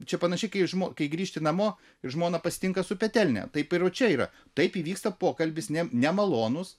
čia panašiai kaip žmo kai grįžti namo žmona pasitinka su petelne taip ir va čia yra taip įvyksta pokalbis ne nemalonūs